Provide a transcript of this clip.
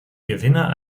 gewinner